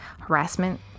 Harassment